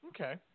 Okay